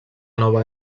nova